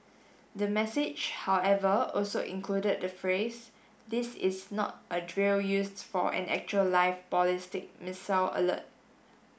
the message however also included the phrase this is not a drill used for an actual live ballistic missile alert